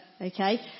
Okay